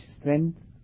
strength